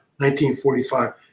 1945